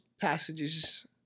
passages